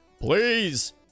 please